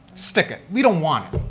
stick it, we don't want